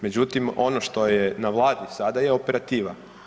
Međutim, ono što je na Vladi sada je operativa.